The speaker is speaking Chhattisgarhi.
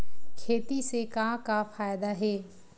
खेती से का का फ़ायदा हे?